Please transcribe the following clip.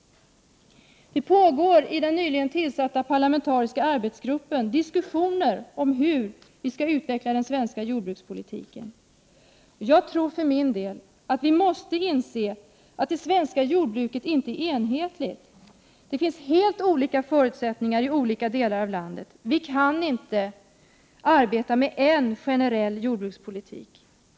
Det pågår i den nyligen tillsatta parlamentariska arbetsgruppen diskussio — Prot. 1988/89:127 ner om hur vi skall utveckla den svenska jordbrukspolitiken. Jag tror för min — 2 juni 1989 delatt vi måste inse att det svenska jordbruket inte är enhetligt. Det finns helt olika förutsättningar i olika delar av landet. Vi kan inte arbeta med en generell jordbrukspolitik.